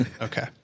Okay